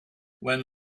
when